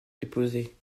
déposé